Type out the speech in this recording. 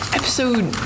episode